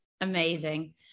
Amazing